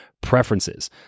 preferences